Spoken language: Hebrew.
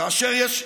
כאשר יש,